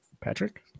Patrick